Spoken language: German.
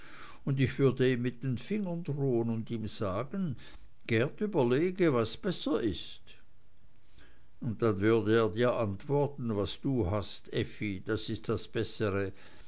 und ich würde ihm mit den fingern drohen und ihm sagen geert überlege was besser ist und dann würde er dir antworten was du hast effi das ist das bessere